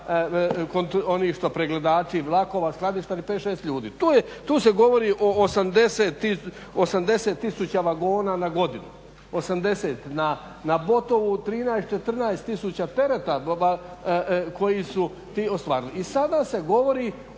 oni pregledavači vlakova, skladištari, 5, 6 ljudi, tu se govori o 80 tisuća vagona na godinu, na Botovu 13, 14 tisuća tereta koji su ti ostvarili. I sada se govori